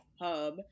hub